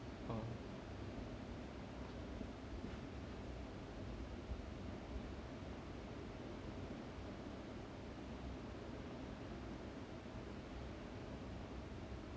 oh